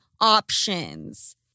options